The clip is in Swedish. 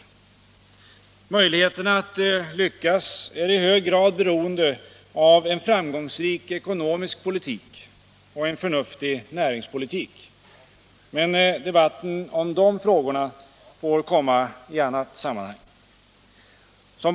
Möjligheterna att lyckas är i hög grad beroende av en framgångsrik ekonomisk politik och en förnuftig näringspolitik. Men debatten om de frågorna får komma i annat sammanhang.